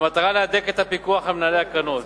במטרה להדק את הפיקוח על מנהלי הקרנות,